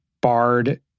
barred